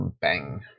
bang